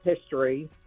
history